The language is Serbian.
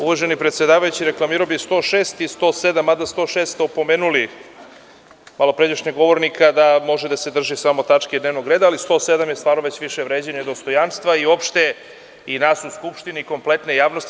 Uvaženi predsedavajući, reklamirao bih 106. i 107. mada 106, ste opomenuli malopređašnjeg govornika da može da se drži samo tačke dnevnog reda, ali 107. je stvarno više vređanje dostojanstva i opšte i nas u Skupštini i kompletne javnosti.